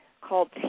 called